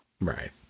Right